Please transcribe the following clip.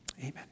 Amen